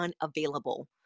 unavailable